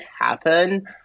happen